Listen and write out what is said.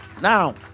Now